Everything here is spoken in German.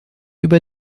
über